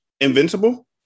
Invincible